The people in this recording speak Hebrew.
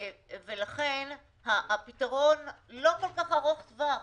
לכן הפתרון לא כל כך ארוך טווח,